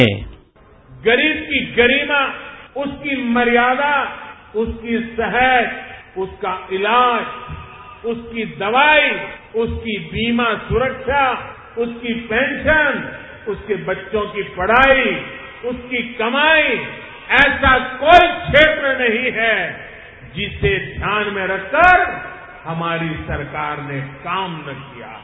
sound bite गरीब की गरिमा और उसकी मर्यादा उसकी सेहत उसका इलाज उसकी दवाई उसकी बीमा सुरक्षा उसकी पेंशन उसके बच्चों की पढाई उसकी कमाई ऐसा कोई क्षेत्र नहीं है जिससे ध्यान में रखकर हमारी सरकार ने काम न किया हो